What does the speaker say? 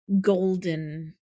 golden